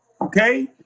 Okay